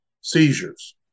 seizures